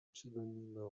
pseudonymes